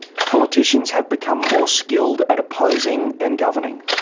politicians have become more skilled at opposing than governing.